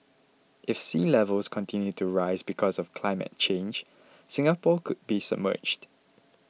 if sea levels continue to rise because of climate change Singapore could be submerged